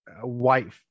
white